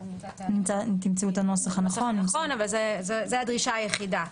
אנחנו נמצא את הנוסח הנכון אבל זאת הדרישה היחידה,